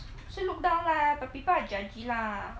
不是 look down lah but people are judgy lah